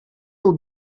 will